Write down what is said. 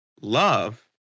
love